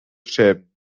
schämen